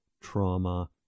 trauma